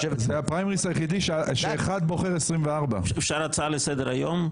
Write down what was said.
זה הפריימריז היחידי שאחד בוחר 24. אפשר הצעה לסדר היום?